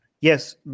Yes